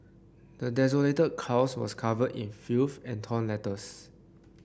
the desolated house was covered in filth and torn letters